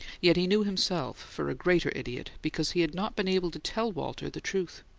yet he knew himself for a greater idiot because he had not been able to tell walter the truth.